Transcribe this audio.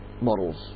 models